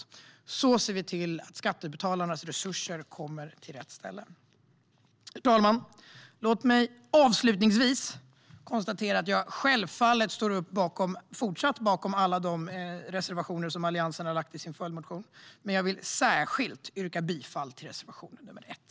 På så sätt ser vi till att skattebetalarnas resurser hamnar på rätt ställe. Herr talman! Låt mig avslutningsvis konstatera att jag självfallet fortsatt står bakom alla de reservationer Alliansen har i sin följdmotion. Jag vill dock särskilt yrka bifall till reservation nr 1.